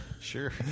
sure